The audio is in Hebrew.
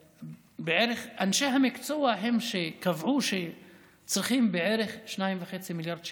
אנשי המקצוע הם שקבעו שצריך בערך 2.5 מיליארד שקל.